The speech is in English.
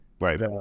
Right